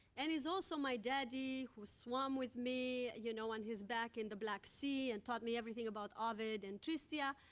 and is also my daddy who swam with me, you know, on his back in the black sea and taught me everything about ovid and tristia.